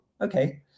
okay